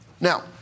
Now